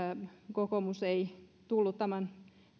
kokoomus ei tullut tämän